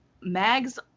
Mag's